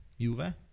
Juve